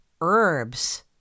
herbs